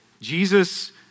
Jesus